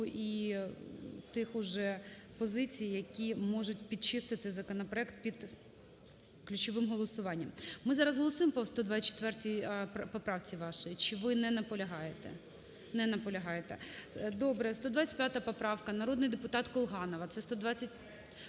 і тих уже позицій, які можуть підчистити законопроект під ключовим голосуванням. Ми зараз голосуємо по 124 поправці вашій чи ви не наполягаєте? Не наполягаєте. Добре. 125 поправка, народний депутат Колганова.